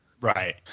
Right